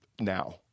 now